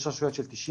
יש רשויות של 90%,